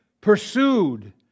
pursued